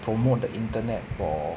promote the internet for